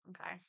Okay